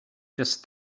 just